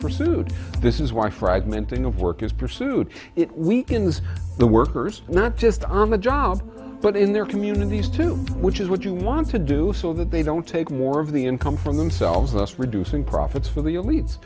pursued this is why fragmenting of work is pursued it weakens the workers not just on the job but in their communities too which is what you want to do so that they don't take more of the income from themselves thus reducing profits for the elites